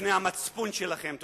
ובפני המצפון שלכם.